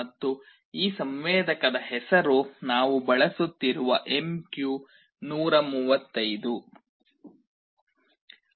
ಮತ್ತು ಈ ಸಂವೇದಕದ ಹೆಸರು ನಾವು ಬಳಸುತ್ತಿರುವ MQ135